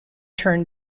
turned